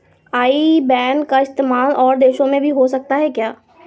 आई ban का इस्तेमाल और देशों में भी हो सकता है क्या?